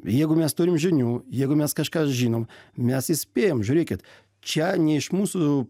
jeigu mes turim žinių jeigu mes kažką žinom mes įspėjam žiūrėkit čia ne iš mūsų